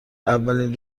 اولین